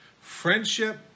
Friendship